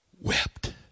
wept